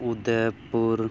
Udaipur